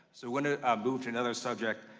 so want to move to another subject.